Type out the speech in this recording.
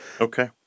Okay